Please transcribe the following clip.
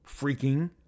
freaking